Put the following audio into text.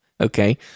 okay